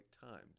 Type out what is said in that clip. times